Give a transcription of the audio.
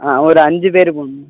ஆ ஒரு அஞ்சு பேர் போகணும் மேம்